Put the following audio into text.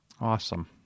awesome